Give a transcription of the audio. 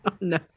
no